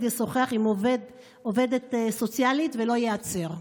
ישוחח עם עובדת סוציאלית ולא ייעצר?